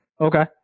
Okay